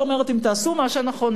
שאומרת שאם תעשו מה שנכון,